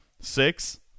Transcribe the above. six